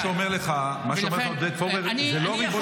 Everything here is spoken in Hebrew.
מה שאומר לך עודד פורר, זה לא ריבוני.